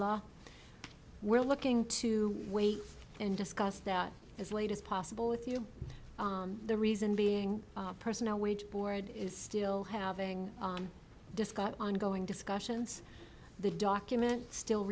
law we're looking to wait and discuss that as late as possible with you the reason being a personnel wage board is still having discussed ongoing discussions the document still